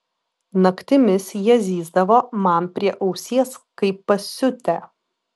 naktimis jie zyzdavo man prie ausies kaip pasiutę